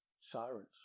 Sirens